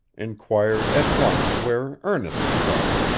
inquired at once where ernest dwelt,